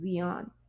Zion